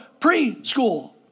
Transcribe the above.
preschool